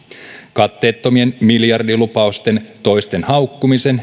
katteettomien miljardilupausten toisten haukkumisen